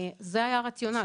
זה היה הרציונל.